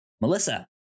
Melissa